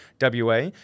WA